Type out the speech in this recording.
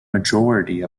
majority